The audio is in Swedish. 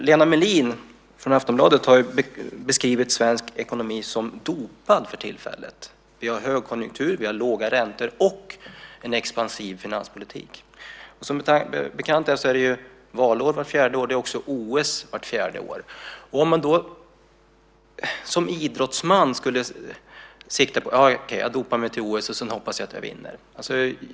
Lena Mellin på Aftonbladet har beskrivit svensk ekonomi som dopad för tillfället. Vi har hög konjunktur, vi har låga räntor och en expansiv finanspolitik. Som bekant är det valår vart fjärde år. Det är också OS vart fjärde år. Som idrottsman kan man inte dopa sig till OS och sedan hoppas på att vinna.